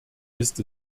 ist